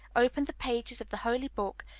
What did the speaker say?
opened the pages of the holy book,